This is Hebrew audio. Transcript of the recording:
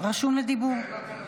אני לא מוותר, תכף אני אעלה.